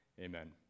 Amen